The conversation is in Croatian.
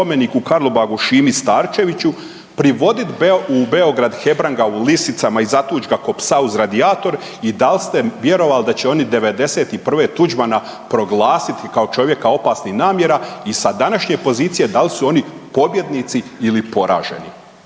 spomenik u Karlobagu Šimi Starčeviću, privodit u Beograd Hebranga u lisicama i zatuć ga ko psa uz radijator i da li ste vjerovali da će oni '91. Tuđmana proglasiti kao čovjeka opasnih namjera i sa današnje pozicije da li su oni pobjednici ili poraženi?